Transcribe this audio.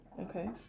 Okay